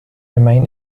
remain